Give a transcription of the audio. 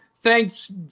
Thanks